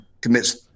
commits